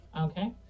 Okay